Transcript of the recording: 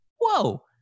Whoa